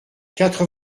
quatre